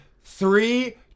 three